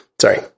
sorry